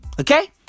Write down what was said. Okay